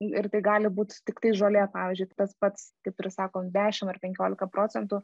ir tai gali būti tiktai žolė pavyzdžiui tas pats kaip ir sakom dešimt ar penkiolika procentų